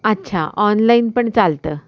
अच्छा ऑनलाईन पण चालतं